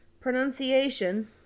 pronunciation